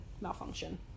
malfunction